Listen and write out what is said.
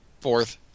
Fourth